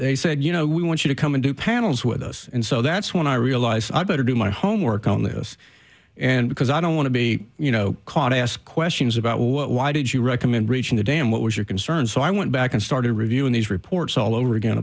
they said you know we want you to come into panels with us and so that's when i realized i better do my homework on this and because i don't want to be you know caught ask questions about what why did you recommend reached damn what was your concern so i went back and started reviewing these reports all over again